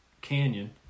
canyon